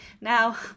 now